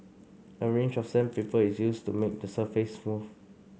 a range of sandpaper is used to make the surface smooth